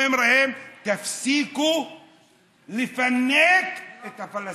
אומר להם: תפסיקו לפנק את הפלסטינים.